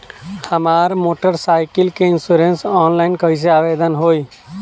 हमार motor cycle के insurance online कईसे आवेदन होई?